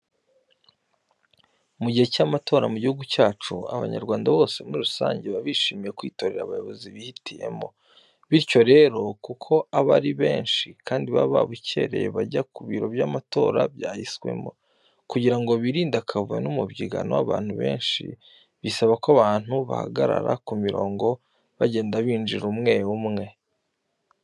Mu gihe cy'amatora mu gihugu cyacu, Abanyarwanda bose muri rusange baba bishimiye kwitorera abayobozi bihitiyemo, bityo rero kuko aba ari benshi kandi baba babukereye bajya ku biro by'amatora byahiswemo. Kugira ngo birinde akavuyo n'umubyigano w'abantu benshi bisaba ko abantu bahagarara ku mirongo, bagenda binjira umwe umwe.